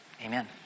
Amen